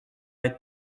être